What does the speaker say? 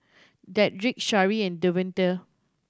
Dedrick Sharee and Devonte